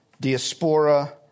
Diaspora